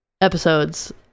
episodes